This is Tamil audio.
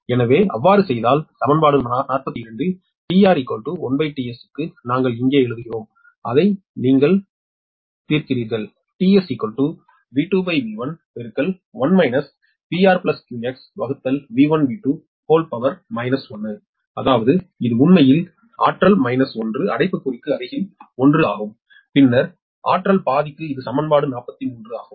நீங்கள் அவ்வாறு செய்தால் சமன்பாடு 42 இல் tR1tS க்கு நாங்கள் இங்கு எழுதுகிறோம் அதை நீங்கள் தீர்க்கிறீர்கள் அதாவது இது உண்மையில் சக்தி மைனஸ் 1 அடைப்புக்குறிக்கு அருகில் 1 ஆகும் பின்னர் சக்தி பாதிக்கு இது சமன்பாடு 43 ஆகும்